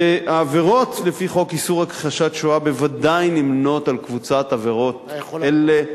העבירות לפי חוק איסור הכחשת השואה בוודאי נמנות עם קבוצת העבירות האלה,